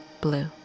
Blue